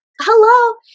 Hello